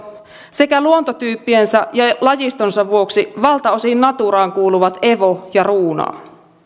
sekä luontotyyppiensä ja lajistonsa vuoksi valtaosin naturaan kuuluvat evo ja ruunaa